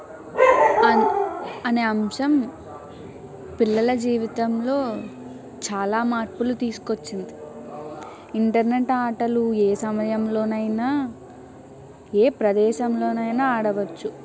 అనే అంశం పిల్లల జీవితంలో చాలా మార్పులు తీసుకు వచ్చింది ఇంటర్నెట్ ఆటలు ఏ సమయంలోనైనా ఏ ప్రదేశంలోనైనా ఆడవచ్చు